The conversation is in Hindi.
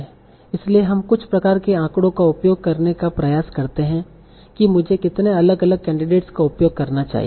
इसलिए हम कुछ प्रकार के आँकड़ों का उपयोग करने का प्रयास करते हैं कि मुझे कितने अलग अलग कैंडिडेट्स का उपयोग करना चाहिए